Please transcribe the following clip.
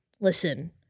listen